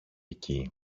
εκεί